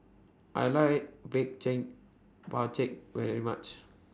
I like Bak Chang very much